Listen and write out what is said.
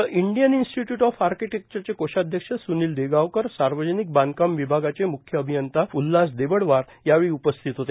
the Indian Institute of आर्किटेक्चरचे कोषाध्यक्ष स्नील देगावकर सार्वजनिक बांधकाम विभागाचे म्ख्य अभियंता उल्हास देबडवार यावेळी उपस्थित होते